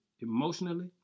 emotionally